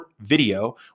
video